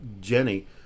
Jenny